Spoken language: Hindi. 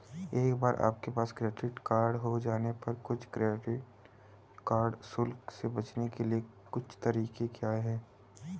एक बार आपके पास क्रेडिट कार्ड हो जाने पर कुछ क्रेडिट कार्ड शुल्क से बचने के कुछ तरीके क्या हैं?